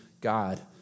God